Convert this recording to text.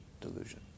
Delusion